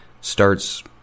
starts